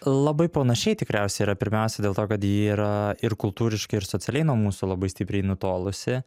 labai panašiai tikriausia yra pirmiausia dėl to kad ji yra ir kultūriškai ir socialiai nuo mūsų labai stipriai nutolusi